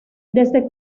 desde